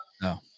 No